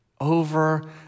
Over